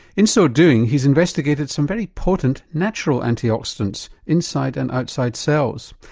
in so doing he's investigated some very potent natural antioxidants inside and outside cells.